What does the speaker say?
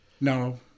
No